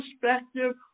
perspective